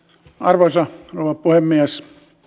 arvoisa rouva puhemies